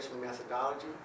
methodology